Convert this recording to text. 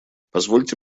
позвольте